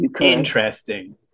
Interesting